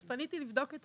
אז פניתי לבדוק את